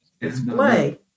display